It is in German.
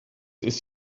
ist